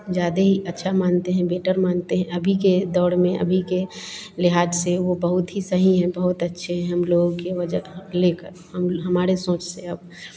ज़्यादे ही अच्छा मानते हैं बेटर मानते हैं अभी के दौर में अभी के लिहाज से वो बहुत ही सही हैं बहुत अच्छे है हम लोगों की वजह हम हमारे सोच से अब